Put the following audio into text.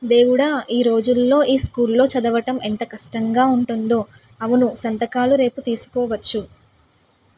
దేవుడా ఈ రోజుల్లో ఈ స్కూల్లో చదవటం ఎంత కష్టంగా ఉంటుందో అవును సంతకాలు రేపు తీసుకోవచ్చు